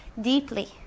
deeply